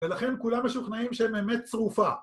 ולכן כולם משוכנעים שהם באמת צרופה